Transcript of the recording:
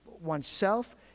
oneself